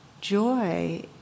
Joy